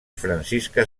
francisca